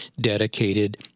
dedicated